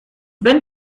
wenn